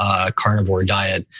ah carnivore diet,